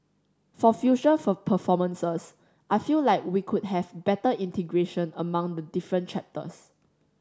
for future performances I feel like we could have better integration among the different chapters